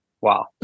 wow